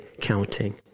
counting